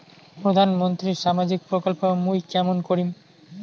প্রধান মন্ত্রীর সামাজিক প্রকল্প মুই কেমন করিম?